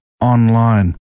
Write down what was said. online